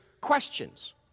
questions